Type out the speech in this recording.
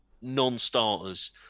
non-starters